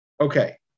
Okay